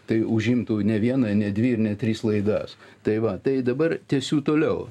tai užimtų ne vieną ne dvi ir net tris laidas tai va tai dabar tęsiu toliau